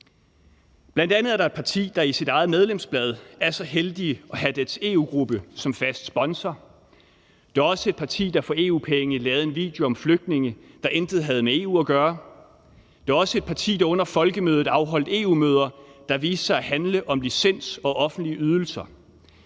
Bl.a. er der et parti, der i sit eget medlemsblad er så heldig at have sin egen EU-gruppe som fast sponsor. Der er også et parti, der for EU-penge lavede en video om flygtninge, der intet havde med EU at gøre. Der er også et parti, der under Folkemødet afholdt EU-møder, der viste sig at handle om licens og offentlige ydelser.